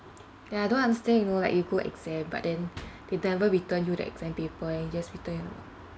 ya I don't understand you know like you go exam but then they never return you the exam paper and just return your